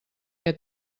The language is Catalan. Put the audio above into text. què